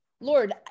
Lord